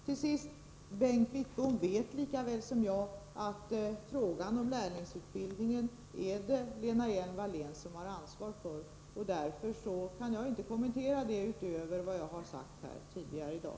Till sist: Bengt Wittbom vet lika väl som jag att det är Lena Hjelm-Wallén som har ansvaret för lärlingsutbildningen, och därför kan jag inte kommentera den utöver vad jag har gjort här tidigare i dag.